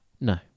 No